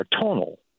tonal